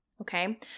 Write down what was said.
okay